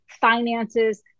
finances